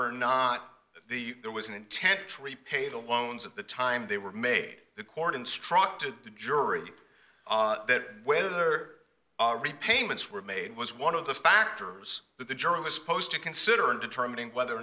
or not the there was an intent to repay the loans at the time they were made the court instructed the jury that whether all repayments were made was one of the factors that the jury was supposed to consider in determining whether or